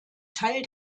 teil